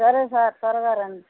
సరే సార్ తొందరగా